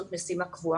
זאת משימה קבועה.